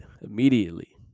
immediately